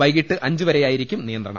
വൈകിട്ട് അഞ്ചുവരെയായിരിക്കും നിയന്ത്രണം